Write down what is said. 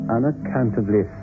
Unaccountably